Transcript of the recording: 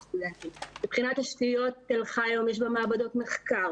מבחינת תשתיות לתל חי יש היום מעבדות מחקר